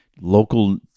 local